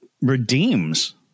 redeems